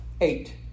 Eight